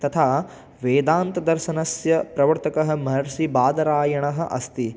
तथा वेदान्तदर्शनस्य प्रवर्तकः महर्षिबादरायणः अस्ति